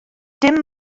dim